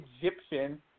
Egyptian